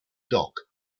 dock